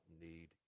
need